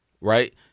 right